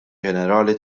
ġenerali